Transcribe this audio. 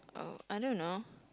I don't know